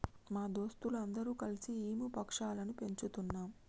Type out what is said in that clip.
మా దోస్తులు అందరు కల్సి ఈము పక్షులని పెంచుతున్నాం